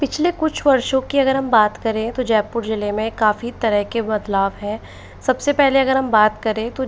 पिछले कुछ वर्षों की अगर हम बात करें तो जयपुर ज़िले मे काफ़ी तरह के बदलाव हैं सबसे पहले अगर हम बात करें तो